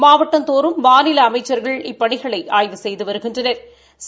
மாவட்டந்தோறும் மாநில அமைச்சள்கள் இப்பணிகளை ஆய்வு செய்து வருகின்றனா்